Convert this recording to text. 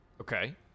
Okay